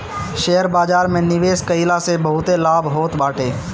share बाजार में निवेश कईला से बहुते लाभ होत बाटे